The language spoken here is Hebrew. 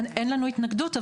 אין לנו התנגדות.